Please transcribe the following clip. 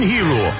Hero